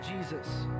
Jesus